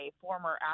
former